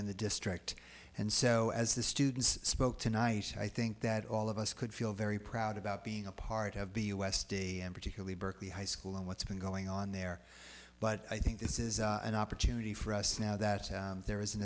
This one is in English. in the district and so as the students spoke tonight i think that all of us could feel very proud about being a part of b u s d and particularly berkeley high school and what's been going on there but i think this is an opportunity for us now that there is an